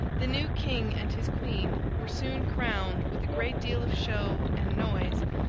the new king and his queen were soon crowned with a great deal of show and noise,